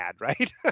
right